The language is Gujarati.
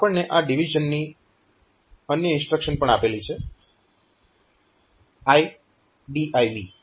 આપણને આ ડીવીઝન માટેની અન્ય ઇન્સ્ટ્રક્શન પણ મળેલ છે IDIV